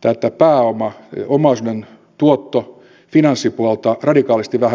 tätä pääomaomaisuuden tuotto ja finanssipuolta radikaalisti vähemmän kuin muualla